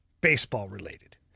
baseball-related